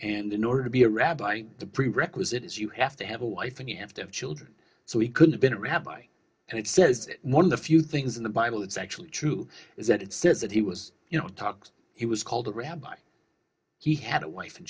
and in order to be a rabbi the prerequisite is you have to have a wife and you have to have children so he could have been a rabbi and it says one of the few things in the bible it's actually true is that it says that he was you know talks he was called rabbi he had a wife and